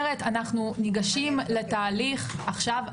אני אומרת, אנחנו ניגשים לתהליך עכשיו.